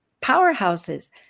powerhouses